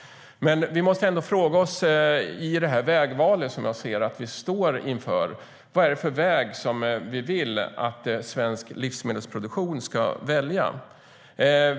I det vägval jag ser att vi står inför måste vi ändå fråga oss vilken väg vi vill att svensk livsmedelsproduktion ska välja.